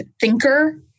thinker